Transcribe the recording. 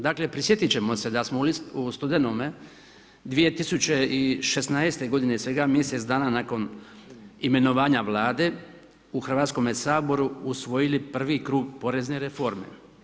Dakle prisjetiti ćemo se da smo u studenome 2016. godine svega mjesec dana nakon imenovanja Vlade u Hrvatskome saboru usvojili prvi krug porezne reforme.